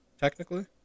technically